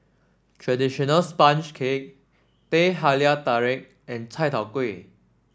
traditional sponge cake Teh Halia Tarik and Chai Tow Kway